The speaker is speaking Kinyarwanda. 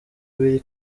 biri